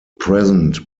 present